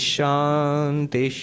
Shanti